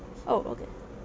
oh okay